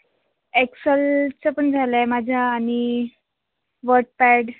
एक्सलचं पण झालं आहे माझं आणि वर्डपॅड